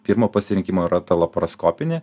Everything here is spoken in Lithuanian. pirmo pasirinkimo yra ta laparoskopinė